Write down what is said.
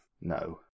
no